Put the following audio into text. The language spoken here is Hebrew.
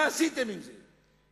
מה עשיתם עם זה?